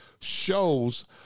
shows